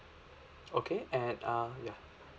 okay and uh ya